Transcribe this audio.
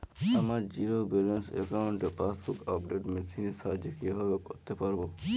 আমার zero balance অ্যাকাউন্টে passbook update machine এর সাহায্যে কীভাবে করতে পারব?